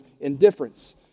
indifference